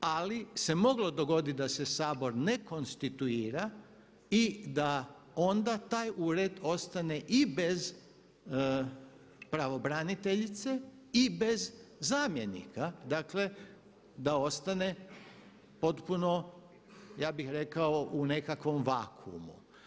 Ali se moglo dogoditi da se Sabor ne konstituira i da onda taj ured ostane i bez pravobraniteljice i bez zamjenika, dakle da ostane potpuno ja bih rekao u nekakvom vakuumu.